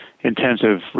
intensive